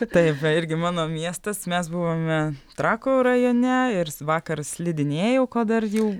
taip irgi mano miestas mes buvome trakų rajone ir vakar slidinėjau ko dar jau